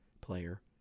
player